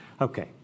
Okay